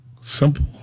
simple